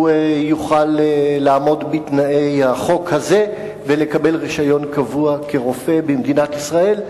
הוא יוכל לעמוד בתנאי החוק הזה ולקבל רשיון קבוע כרופא במדינת ישראל.